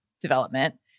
development